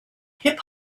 hip